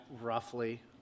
roughly